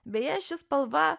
beje ši spalva